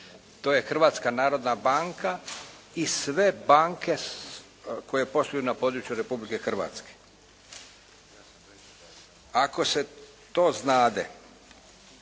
to je Hrvatska narodna banka i sve banke koje posluju na području Republike Hrvatske. Ako se to znade,